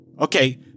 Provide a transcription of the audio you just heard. okay